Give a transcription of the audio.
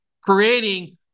creating